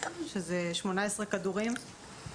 שזה 18 כדורים.